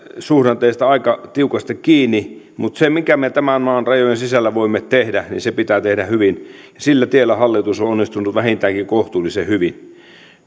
suhdanteissa aika tiukasti kiinni mutta se minkä me tämän maan rajojen sisällä voimme tehdä pitää tehdä hyvin sillä tiellä hallitus on onnistunut vähintäänkin kohtuullisen hyvin